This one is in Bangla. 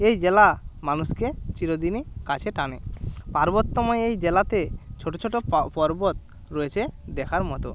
এই জেলা মানুষকে চিরদিনই কাছে টানে পার্বত্যময় এই জেলাতে ছোট ছোট পর্বত রয়েছে দেখার মতো